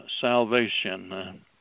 salvation